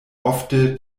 ofte